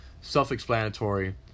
self-explanatory